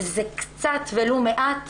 זה קצת ולו מעט